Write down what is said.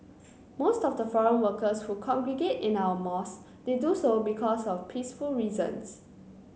most of the foreign workers who congregate in our mouse they do so because of peaceful reasons